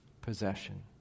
possession